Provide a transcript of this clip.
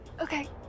Okay